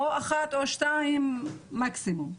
או שתיים מקסימום.